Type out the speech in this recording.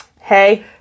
Hey